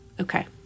Okay